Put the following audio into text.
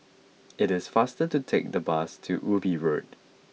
it is faster to take the bus to Ubi Road